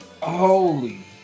Holy